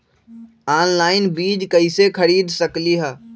Online बीज कईसे खरीद सकली ह?